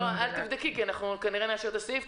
לא, אל תבדקי כי אנחנו כנראה נאשר את הסעיף.